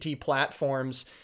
platforms